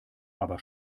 aber